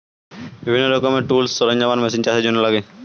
বিভিন্ন রকমের টুলস, সরঞ্জাম আর মেশিন চাষের জন্যে লাগে